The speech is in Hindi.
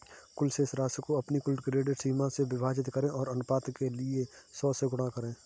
कुल शेष राशि को अपनी कुल क्रेडिट सीमा से विभाजित करें और अनुपात के लिए सौ से गुणा करें